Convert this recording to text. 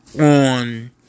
on